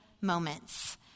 moments